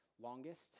longest